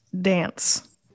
dance